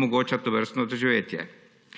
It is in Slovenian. omogoča tovrstno doživetje.